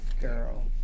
girl